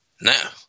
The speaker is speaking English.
Now